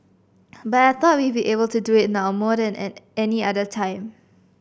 but I thought we'd be able to do it now more than at any other time